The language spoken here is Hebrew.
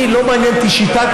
אני, לא מעניינת אותי שיטת,